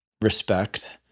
respect